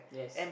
yes